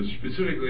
specifically